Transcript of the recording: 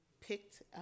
picked